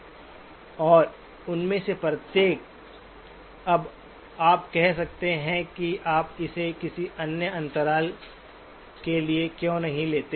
और उनमें से प्रत्येक अब आप कह सकते हैं कि आप इसे किसी अन्य अंतराल के लिए क्यों नहीं लेते हैं